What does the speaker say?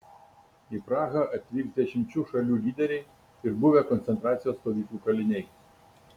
į prahą atvyks dešimčių šalių lyderiai ir buvę koncentracijos stovyklų kaliniai